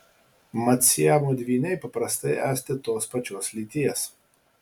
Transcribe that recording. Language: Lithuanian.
mat siamo dvyniai paprastai esti tos pačios lyties